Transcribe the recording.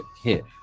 hit